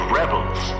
rebels